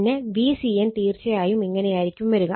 പിന്നെ Vcn തീർച്ചയായും ഇങ്ങനെയായിരിക്കും വരുക